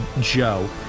Joe